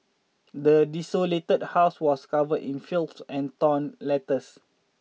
the desolated house was covered in filth and torn letters